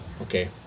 okay